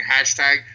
hashtag